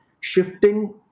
shifting